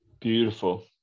Beautiful